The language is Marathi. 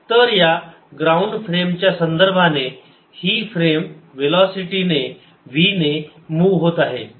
तर या ग्राउंड फ्रेम च्या संदर्भाने ही फ्रेम वेलोसिटीने v मूव्ह होत आहे